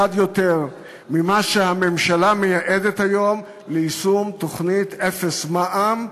יותר ממה שהממשלה מייעדת היום ליישום תוכנית אפס מע"מ,